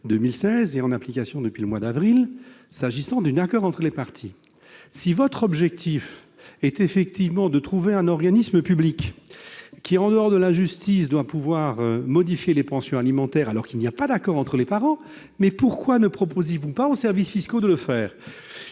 2016 et appliqué depuis le mois d'avril dernier en cas d'accord entre les parties. Si votre objectif est effectivement de trouver un organisme public qui, en dehors de la justice, puisse modifier les pensions alimentaires en l'absence d'accord entre les parents, pourquoi ne proposez-vous pas aux services fiscaux de le faire ?